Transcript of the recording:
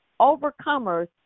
overcomers